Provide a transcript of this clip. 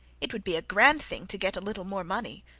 it would be a grand thing to get a little more money.